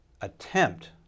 attempt